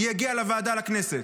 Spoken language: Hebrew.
היא הגיעה לוועדה בכנסת?